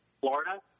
florida